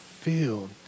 field